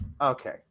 Okay